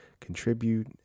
contribute